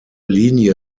linie